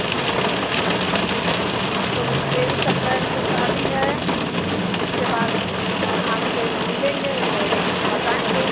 अच्छा हाँ तो तेइस अप्रैल को शादी है फ़िर इसके बाद हम आपसे मिलेंगे तो हम बताएंगे